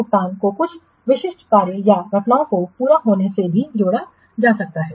तो भुगतान को कुछ विशिष्ट कार्य या घटनाओं के पूरा होने से भी जोड़ा जा सकता है